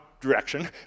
direction